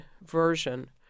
version